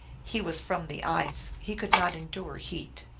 he was from the ice he could not endure heat.